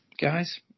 guys